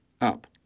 Up